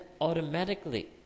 automatically